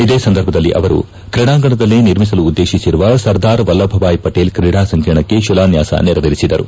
ಇದೇ ಸಂದರ್ಭದಲ್ಲಿ ಅವರು ಕ್ರೀಡಾಂಗಣದಲ್ಲಿ ನಿರ್ಮಿಸಲು ಉದ್ದೇಶಿಸಿರುವ ಸರ್ದಾರ್ ವಲ್ಲಭಭಾಯ್ ಪಟೇಲ್ ಕ್ರೀಡಾ ಸಂಕೀರ್ಣಕ್ಕೆ ಶಿಲಾನ್ಹಾಸ ನೆರವೇರಿಸಿದರು